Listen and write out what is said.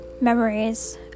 memories